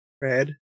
Red